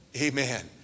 Amen